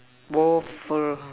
waffle